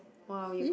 !wow!